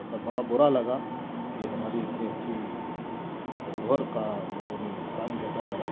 मतलब बड़ा बुरा लगा कि हमारी इतनी अच्छी धरोहर का लोगों ने नुकसान कैसा करा